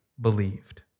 believed